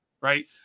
right